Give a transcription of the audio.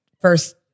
first